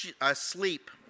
asleep